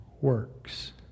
works